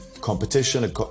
competition